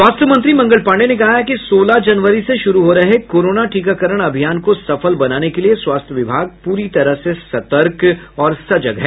स्वास्थ्य मंत्री मंगल पांडेय ने कहा है कि सोलह जनवरी से शुरू हो रहे कोरोना टीकाकरण अभियान को सफल बनाने के लिए स्वास्थ्य विभाग पूरी तरह से सतर्क और सजग है